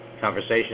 conversation